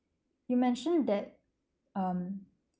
you mentioned that um